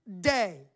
day